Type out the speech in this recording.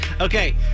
Okay